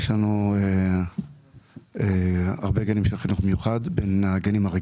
יש לנו הרבה גנים של חינוך מיוחד, גנים רגילים,